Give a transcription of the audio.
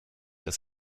das